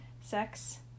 Sex